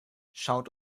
schaut